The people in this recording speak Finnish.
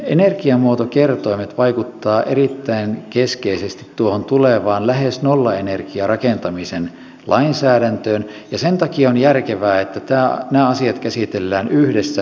energiamuotokertoimet vaikuttavat erittäin keskeisesti tuohon tulevaan lähes nollaenergiarakentamisen lainsäädäntöön ja sen takia on järkevää että nämä asiat käsitellään yhdessä